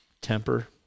temper